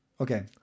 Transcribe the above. Okay